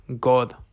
God